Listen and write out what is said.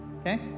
okay